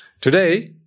Today